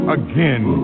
again